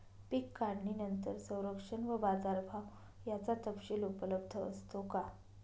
पीक काढणीनंतर संरक्षण व बाजारभाव याचा तपशील उपलब्ध असतो का?